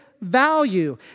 value